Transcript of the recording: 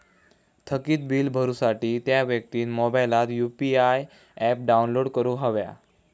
थकीत बील भरुसाठी त्या व्यक्तिन मोबाईलात यु.पी.आय ऍप डाउनलोड करूक हव्या